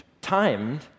timed